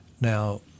Now